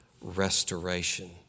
restoration